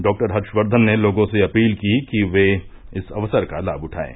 doctor Harshvardhan ने लोगों से अपील की कि वे इस अवसर का लाभ उठाएं